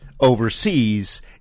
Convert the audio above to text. overseas